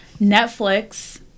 Netflix